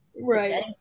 right